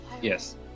yes